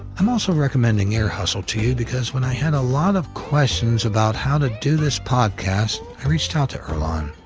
i'm also recommending ear hustle to you because when i had a lot of questions about how to do this podcast, i reached out to earlonne,